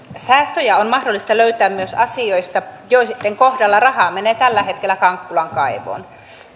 säästöjä on mahdollista löytää myös asioista joitten kohdalla rahaa menee tällä hetkellä kankkulan kaivoon